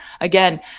again